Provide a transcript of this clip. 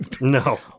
No